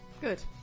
Good